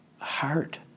heart